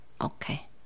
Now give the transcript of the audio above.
Okay